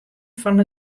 fan